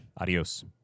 Adios